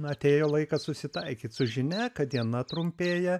atėjo laikas susitaikyt su žinia kad diena trumpėja